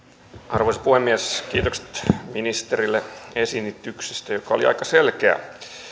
arvoisa puhemies kiitokset ministerille esityksestä joka oli aika selkeä